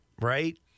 right